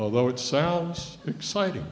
although it sounds exciting